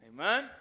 Amen